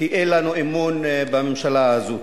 כי אין לנו אמון בממשלה הזאת.